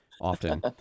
often